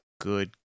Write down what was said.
good